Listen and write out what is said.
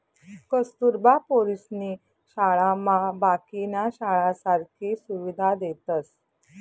कस्तुरबा पोरीसनी शाळामा बाकीन्या शाळासारखी सुविधा देतस